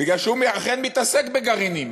בגלל שהוא אכן מתעסק בגרעינים,